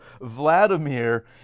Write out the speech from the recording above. Vladimir